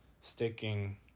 sticking